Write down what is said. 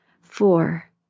Four